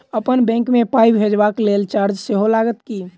अप्पन बैंक मे पाई भेजबाक लेल चार्ज सेहो लागत की?